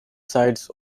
sides